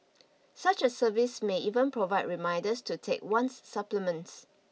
such a service may even provide reminders to take one's supplements